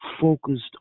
focused